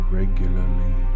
regularly